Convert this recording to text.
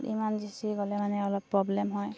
emergency হ'লে মানে অলপ প্ৰব্লেম হয়